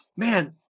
Man